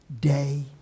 day